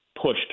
pushed